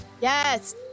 Yes